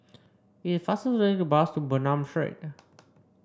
it is faster to take the bus to Bernam Street